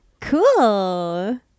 cool